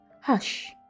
Hush